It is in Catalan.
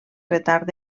retard